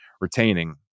retaining